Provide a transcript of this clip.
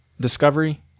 Discovery